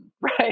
right